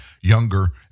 younger